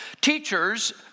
Teachers